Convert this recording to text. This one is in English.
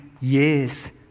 years